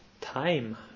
time